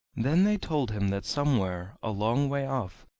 then they told him that somewhere, a long way off,